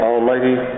Almighty